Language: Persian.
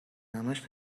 همش